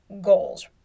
goals